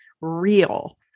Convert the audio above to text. real